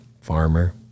farmer